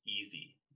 easy